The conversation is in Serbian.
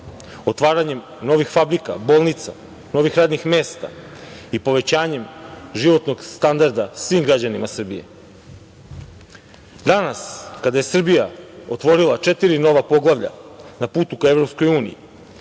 otvaranjem novih fabrika, bolnica, novih radnih mesta i povećanjem životnog standarda svim građanima Srbije. Danas kada je Srbija otvorila četiri nova poglavlja na putu ka EU